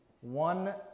One